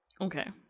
Okay